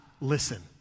listen